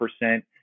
percent